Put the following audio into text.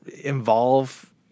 involve